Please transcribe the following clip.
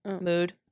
Mood